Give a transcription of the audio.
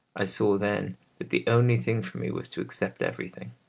i saw then that the only thing for me was to accept everything.